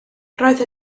roedd